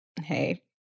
Hey